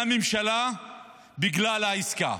מהממשלה בגלל העסקה.